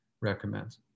recommends